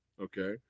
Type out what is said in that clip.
okay